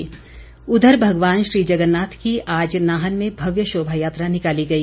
शोभा यात्रा भगवान श्री जगन्नाथ की आज नाहन में भव्य शोभा यात्रा निकाली गई